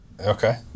Okay